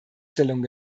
stellung